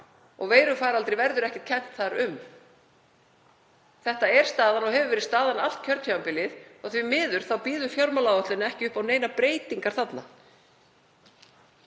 og veirufaraldri verður ekki kennt þar um. Þetta er staðan og hefur verið staðan allt kjörtímabilið og því miður býður fjármálaáætlun ekki upp á neinar breytingar þar.